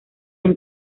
han